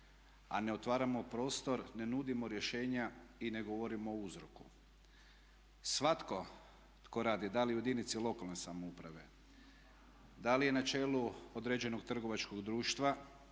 a ne otvaramo prostor, ne nudimo rješenja i ne govorimo o uzroku. Svatko tko radi , dali u jedinici lokalne samouprave, da li na čelu određenog trgovačkog društva,